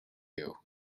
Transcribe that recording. you